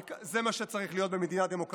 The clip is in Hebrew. אבל זה מה שצריך להיות במדינה דמוקרטית.